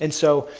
and so,